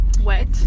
wet